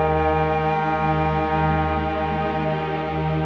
and